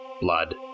blood